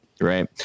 Right